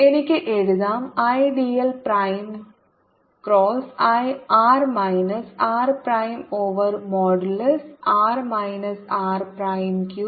എനിക്ക് എഴുതാം I dl prime cross r minus r prime over modulus r minus r prime cube